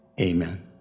Amen